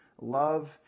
love